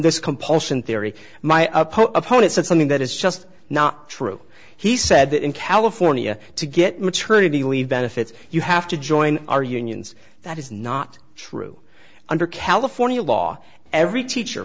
this compulsion theory my opponent said something that is just not true he said that in california to get maternity leave benefits you have to join our unions that is not not true under california law every teacher